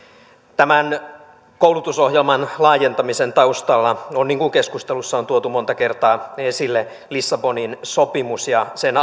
tämän koulutusohjelman laajentamisen taustalla on niin kuin keskustelussa on tuotu monta kertaa esille lissabonin sopimus ja sen